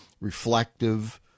reflective